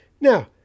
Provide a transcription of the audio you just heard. Now